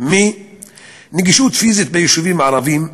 מבעיית נגישות פיזית ביישובים הערביים,